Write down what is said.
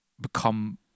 become